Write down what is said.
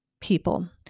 people